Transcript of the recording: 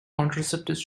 contraceptives